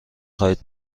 خواهید